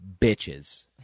bitches